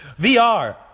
vr